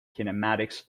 kinematics